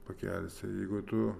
pakelsi jeigu tu